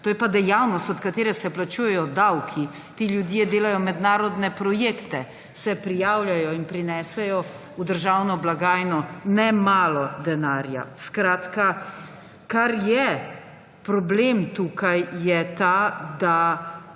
To je pa dejavnost, od katere se plačujejo davki. Ti ljudje delajo mednarodne projekte, se prijavljajo in prinesejo v državno blagajno nemalo denarja. Kar je problem tukaj, je to, da